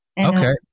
Okay